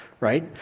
right